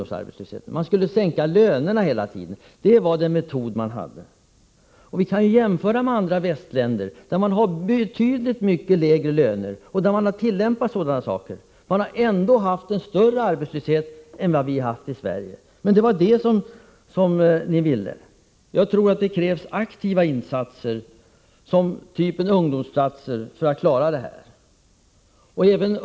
Man skulle sänka lönerna hela tiden, det var den metod man använde sig av. Om vi jämför med andra västländer, där man har betydligt lägre löner och där man har tillämpat lönesänkning, har dessa länder ändå haft en större arbetslöshet än vad vi har haft i Sverige. Jag tror att det krävs aktiva insatser, t.ex. ungdomsplatser för att klara detta.